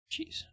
Jeez